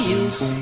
use